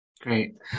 great